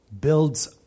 builds